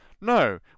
No